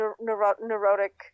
neurotic